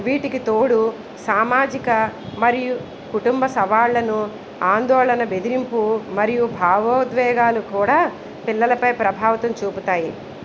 వీటికి తోడు సామాజిక మరియు కుటుంబ సవాళ్ళను ఆందోళన బెదిరింపు మరియు భావోద్వేగాలు కూడా పిల్లలపై ప్రభావితం చూపుతాయి